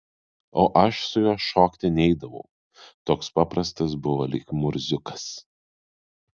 o aš su juo šokti neidavau toks paprastas buvo lyg murziukas